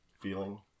feeling